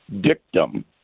dictum